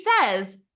says